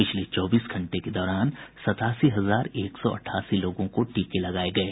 पिछले चौबीस घंटे के दौरान सतासी हजार एक सौ अठासी लोगों को टीका लगाया गया है